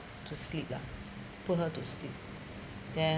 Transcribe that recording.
to sleep lah put her to sleep then